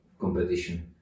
competition